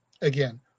Again